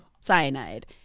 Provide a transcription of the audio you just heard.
cyanide